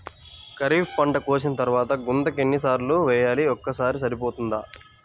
ఖరీఫ్ పంట కోసిన తరువాత గుంతక ఎన్ని సార్లు వేయాలి? ఒక్కసారి సరిపోతుందా?